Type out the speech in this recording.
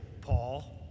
Paul